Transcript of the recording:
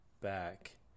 back